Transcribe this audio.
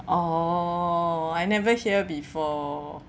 orh I never hear before